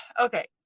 okay